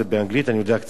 אני יודע קצת לקרוא.